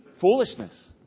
Foolishness